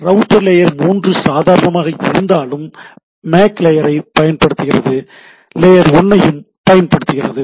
எனவே router layer 3 சாதனமாக இருந்தாலும் MAC லேயரையும் பயன்படுத்துகிறது லேயர் 1 யும் பயன்படுத்துகிறது